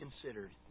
considered